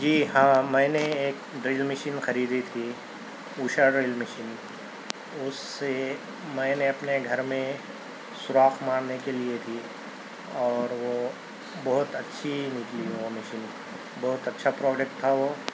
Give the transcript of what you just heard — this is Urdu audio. جی ہاں میں نے ایک ڈرل مشین خریدی تھی اوشا ڈرل مشین اُس سے میں نے اپنے گھر میں سوراخ مارنے کے لئے تھی اور وہ بہت اچھی نکلی وہ مشین بہت اچھا پروڈکٹ تھا وہ